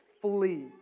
Flee